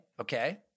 Okay